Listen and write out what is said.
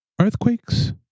Earthquakes